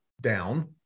down